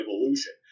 evolution